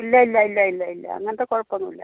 ഇല്ല ഇല്ല ഇല്ല ഇല്ല ഇല്ല അങ്ങനത്തെ കുഴപ്പം ഒന്നും ഇല്ല